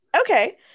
okay